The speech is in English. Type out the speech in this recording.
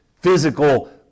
physical